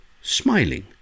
smiling